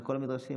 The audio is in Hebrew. בכל המדרשים,